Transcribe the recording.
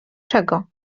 czego